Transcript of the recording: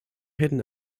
hidden